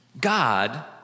God